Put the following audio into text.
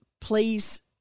Please